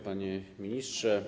Panie Ministrze!